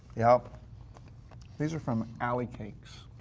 yeah these are from ally cakes.